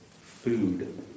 food